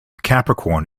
capricorn